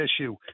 issue